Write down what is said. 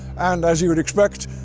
and as you would expect,